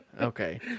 Okay